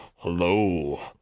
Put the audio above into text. Hello